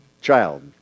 child